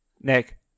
Nick